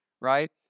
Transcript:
right